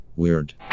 weird